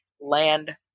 land